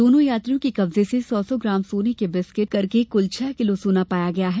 दोनों यात्रियों के कब्जे से सौ सौ ग्राम सोने के बिस्किट करके कुल छह किलो सोना पाया गया है